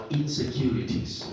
insecurities